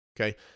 Okay